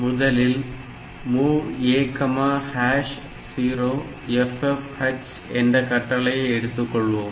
முதலில் MOV A0FFh என்ற கட்டளையை எடுத்துக் கொள்வோம்